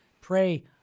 pray